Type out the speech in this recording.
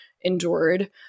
endured